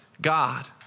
God